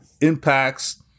impacts